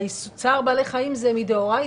שצער בעלי חיים זה מדאורייתא.